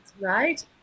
right